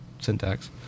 syntax